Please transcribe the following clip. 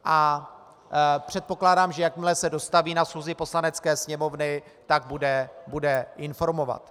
A předpokládám, že jakmile se dostaví na schůzi Poslanecké sněmovny, tak bude informovat.